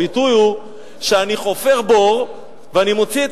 הביטוי הוא שאני חופר בור ואני מוציא את